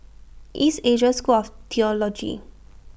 East Asia School of Theology